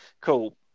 cool